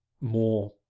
more